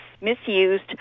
misused